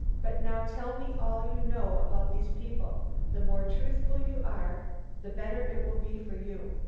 but now tell me all you know about these people the more truthful you are the better it will be for you.